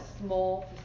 small